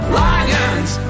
lions